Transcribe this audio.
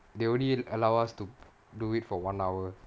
they only allow us to do it for one hour